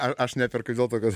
ar aš neperku dėl to kad